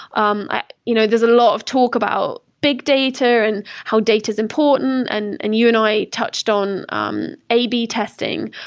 um ah you know there's a lot of talk about big data and how data is important, and and you and i touched on um a b testing.